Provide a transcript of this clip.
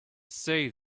save